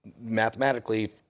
mathematically